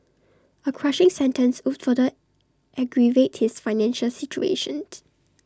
A crushing sentence would further aggravate his financial situation